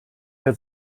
der